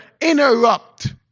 interrupt